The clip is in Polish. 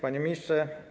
Panie Ministrze!